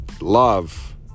love